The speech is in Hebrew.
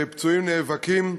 ופצועים נאבקים.